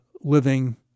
living